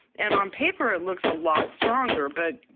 and on paper it looks a lot stronger. but,